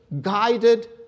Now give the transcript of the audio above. guided